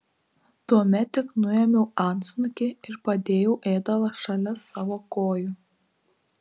tuomet tik nuėmiau antsnukį ir padėjau ėdalą šalia savo kojų